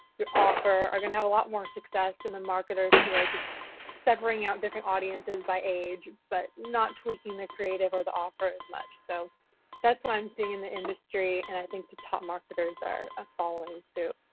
your offer are going to have a lot more success than the marketers who are just severing out different audiences by age but not tweaking the creative or the offer as much. so that's what i'm seeing in the industry and i think the top marketers are ah following suit.